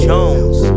Jones